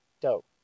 dope